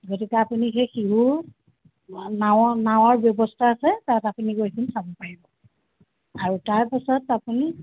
গতিকে আপুনি সেই শিহুৰ নাৱৰ নাৱৰ ব্যৱস্থা আছে তাত আপুনি গৈ চাব পাৰিব আৰু তাৰপাছত আপুনি